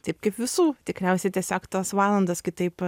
taip kaip visų tikriausiai tiesiog tos valandos kitaip